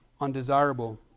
undesirable